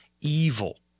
evil